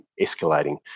escalating